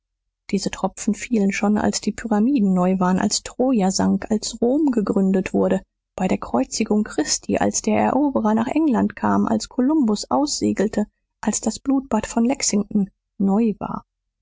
dieser tropfen fiel schon als die pyramiden neu waren als troja sank als rom gegründet wurde bei der kreuzigung christi als der eroberer nach england kam als columbus aussegelte als das blutbad von lexington neu war